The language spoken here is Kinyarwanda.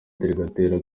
gatera